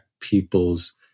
people's